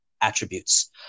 Attributes